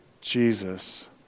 Jesus